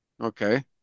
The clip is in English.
Okay